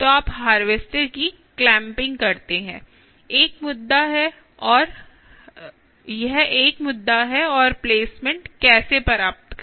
तो आप हार्वेस्टर की क्लैंपिंग करते हैं एक मुद्दा है और प्लेसमेंट कैसे प्राप्त करें